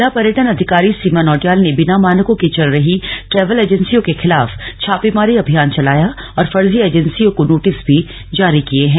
जिला पर्यटन अधिकारी सीमा नौटियाल ने बिना मानकों के चल रही ट्रैवल एजेंसियों के खिलाफ छापेमारी अभियान चलाया और फर्जी एजेंसियो को नोटिस भी जारी किये हैं